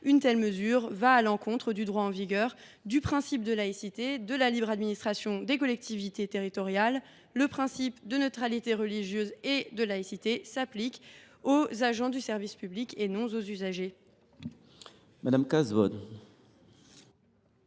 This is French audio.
Une telle mesure va à l’encontre du droit en vigueur, du principe de laïcité et de la libre administration des collectivités territoriales. Les principes de neutralité religieuse et de laïcité s’appliquent aux agents du service public et non à ses usagers. La parole